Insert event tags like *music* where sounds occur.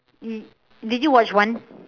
*noise* did you watch one